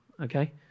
okay